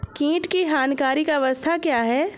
कीट की हानिकारक अवस्था क्या है?